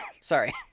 Sorry